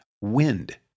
wind